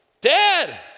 dad